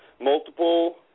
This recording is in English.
multiple